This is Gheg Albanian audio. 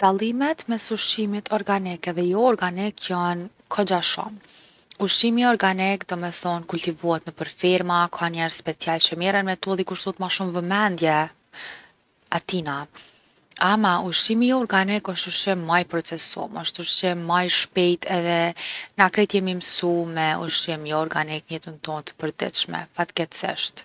Dallimet mes ushqimit organik edhe jo organik jon kogja shumë. Ushqimi organik domethon kultivohet nëpër ferma ka njerz special që merren me to edhe ju kushtohet ma shumë vëmendje atina. Ama ushqimi jo organic osht ushqim ma i procesum, osht ushqim ma i shpejt edhe na krejt jemi msu me ushqim jo organik n’jetën tonë t’përditshme, fatkeqsisht.